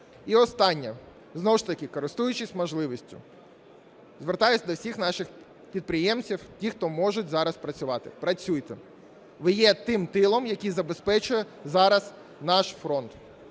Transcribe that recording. І останнє. Знову ж таки користуючись можливістю, звертаюся до всіх наших підприємців, ті, хто можуть зараз працювати, працюйте, ви є тим тилом, який забезпечує зараз наш фронт.